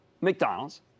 mcdonald's